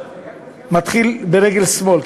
מתחיל ברגל שמאל,